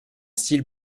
style